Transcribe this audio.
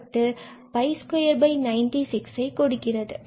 இது 4 96 இதனை கொடுக்கிறது